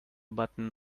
button